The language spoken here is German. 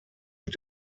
mit